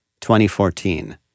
2014